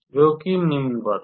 जोकि निम्नवत है